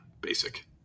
basic